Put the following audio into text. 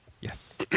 Yes